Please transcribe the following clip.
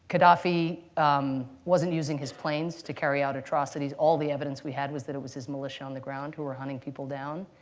gaddafi wasn't using his planes to carry out atrocities. all the evidence we had was that it was his militia on the ground who were hunting people down.